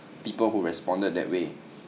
people who responded that way